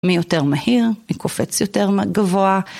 מי יותר מהיר, מי קופץ יותר גבוה.